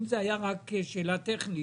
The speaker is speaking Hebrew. אם זה היה רק שאלה טכנית,